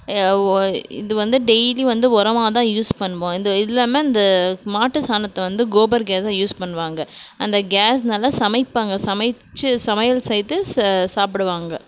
இது வந்து டெய்லி வந்து உரமாக தான் யூஸ் பண்ணுவோம் இந்த இல்லாமல் இந்த மாட்டு சாணத்தை வந்து கோபர் கேஸ்ஸாக யூஸ் பண்ணுவாங்க அந்த கேஸினால் சமைப்பாங்க சமைத்து சமையல் செய்து சாப்பிடுவாங்க